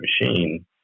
machine